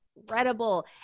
incredible